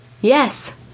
Yes